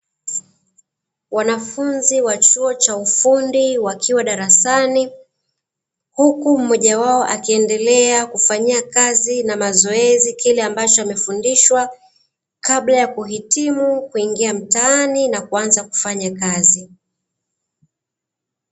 Wanafunzi wa chuo cha ufundi wakiwa darasani, huku mmoja wao akiendelea kufanyia kazi na mazoezi kile ambacho amefundishwa, kabla ya kuhitimu na kuingia mtaani kufanya kazi.